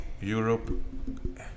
Europe